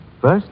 first